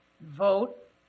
Vote